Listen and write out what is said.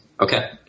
Okay